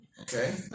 Okay